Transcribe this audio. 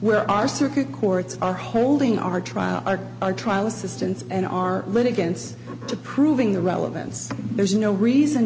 where our circuit courts are holding our trial our trial assistance in our lead against to proving the relevance there's no reason